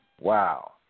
Wow